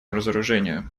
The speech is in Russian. разоружению